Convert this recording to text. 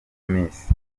miss